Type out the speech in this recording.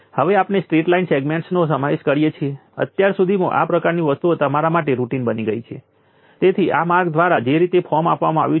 તેથી કેપેસિટરમાં પાવર અને એનર્જીનો સમાવેશ કરતી ગણતરીના ઉદાહરણ તરીકે મેં ફક્ત તે જ પ્રથમ દર્શાવ્યું છે